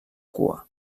cua